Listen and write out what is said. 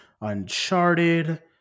Uncharted